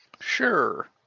sure